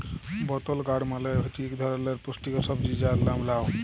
বতল গাড় মালে হছে ইক ধারালের পুস্টিকর সবজি যার লাম লাউ